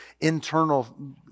internal